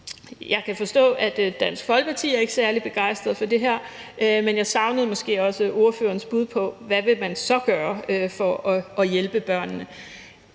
Jeg kan forstå, at Dansk Folkeparti ikke er særlig begejstret for det her, men jeg savnede måske så ordførerens bud på, hvad man så vil gøre for at hjælpe børnene.